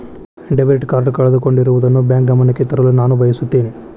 debit card ಕಳೆದುಕೊಂಡಿರುವುದನ್ನು bank ಗಮನಕ್ಕೆ ತರಲು ನಾನು ಬಯಸುತ್ತೇನೆ